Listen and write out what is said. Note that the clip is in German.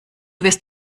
wirst